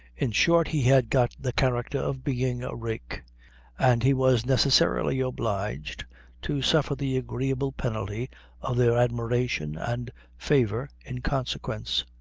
in short, he had got the character of being a rake and he was necessarily obliged to suffer the agreeable penalty of their admiration and favor in consequence.